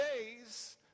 days